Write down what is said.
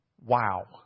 Wow